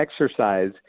exercise